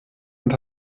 und